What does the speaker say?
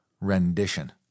rendition